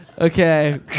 Okay